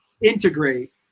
integrate